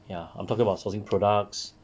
ya I'm talking about sourcing products